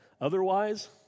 Otherwise